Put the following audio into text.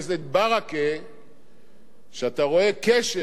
שאתה רואה כשל בזה שאני, כחבר האופוזיציה,